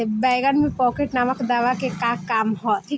बैंगन में पॉकेट नामक दवा के का काम ह?